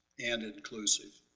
and inclusive.